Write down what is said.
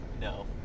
No